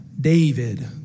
David